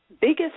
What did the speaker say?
biggest